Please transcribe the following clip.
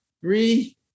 Three